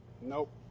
nope